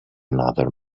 another